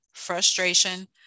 frustration